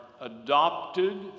adopted